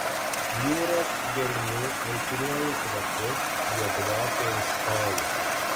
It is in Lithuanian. jūros gelmių aitriuoju kvapu jie dvokia iš tolo